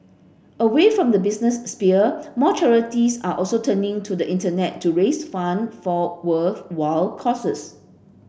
away from the business sphere more charities are also turning to the Internet to raise fund for worthwhile causes